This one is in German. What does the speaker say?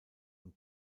und